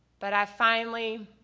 but i finally